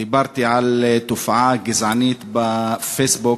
דיברתי על תופעה גזענית בפייסבוק,